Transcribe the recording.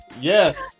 yes